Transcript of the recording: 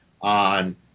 on